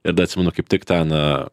ir dar atsimenu kaip tik ten